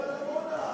דבר על עמונה.